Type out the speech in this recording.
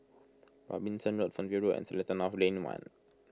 Robinson Road Fernvale Road and Seletar North Lane one